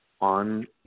On